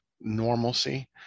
normalcy